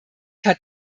hat